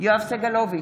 יואב סגלוביץ'